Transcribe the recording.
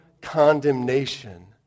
condemnation